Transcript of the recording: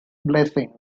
blessing